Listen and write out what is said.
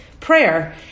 prayer